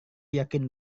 yakin